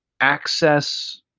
access